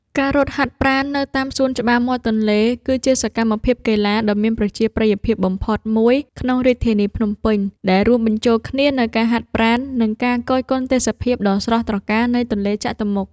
ការរត់ហាត់ប្រាណនៅតាមសួនច្បារមាត់ទន្លេ គឺជាសកម្មភាពកីឡាដ៏មានប្រជាប្រិយភាពបំផុតមួយក្នុងរាជធានីភ្នំពេញ ដែលរួមបញ្ចូលគ្នានូវការហាត់ប្រាណ និងការគយគន់ទេសភាពដ៏ស្រស់ត្រកាលនៃទន្លេចតុមុខ។